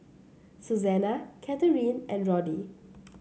Susana Catharine and Roddy